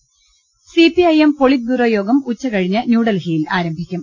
ലലലലല C P I M politburo യോഗം ഉച്ചകഴിഞ്ഞ് ന്യൂഡൽഹിയിൽ ആരംഭിക്കും